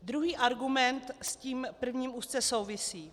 Druhý argument s tím prvním úzce souvisí.